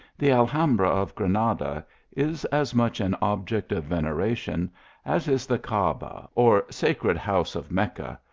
the alhambra of grenada is as much an object of veneration as is the caaba, or sacred house of mecca,